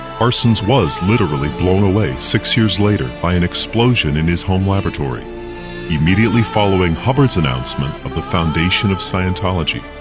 parsons was literally blown away six years later, by an explosion in his home laboratory immediately following hubbard's announcement of the foundation of scientology.